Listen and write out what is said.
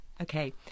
Okay